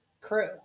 crew